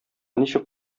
ничек